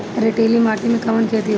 रेतीली माटी में कवन खेती होई?